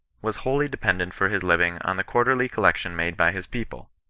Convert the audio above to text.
was wholly dependent for his living on the quarterly collection made by his people,